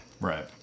Right